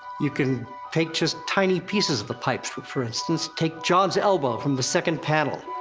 you can take just tiny pieces of the pipe strip, for instance, take jon's elbow from the second panel.